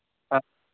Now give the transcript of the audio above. ಹಾಂ